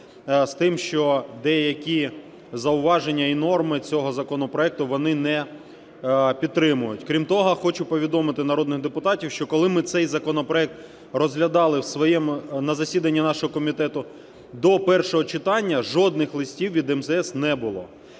з тим, що деякі зауваження і норми цього законопроекту вони не підтримують. Крім того, хочу повідомити народних депутатів, що коли ми цей законопроект розглядали на засідання нашого комітету до першого читання, жодних листів від МЗС не було.